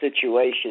situation